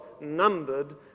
numbered